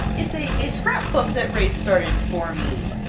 it's a a scrapbook that rae started for me!